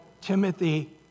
Timothy